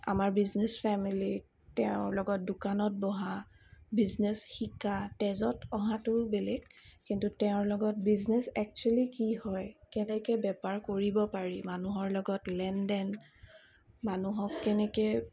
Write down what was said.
আমাৰ বিজনেচ ফেমিলিত তেওঁৰ লগত দোকানত বহা বিজনেচ শিকা তেজত অহাতোও বেলেগ কিন্তু তেওঁৰ লগত বিজনেচ এক্সোৱেলি কি হয় কেনেকৈ বেপাৰ কৰিব পাৰি মানুহৰ লগত লেনদেন মানুহক কেনেকৈ